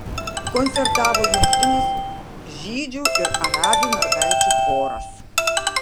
koncertavo jungtinis žydžių ir arabių mergaičių choras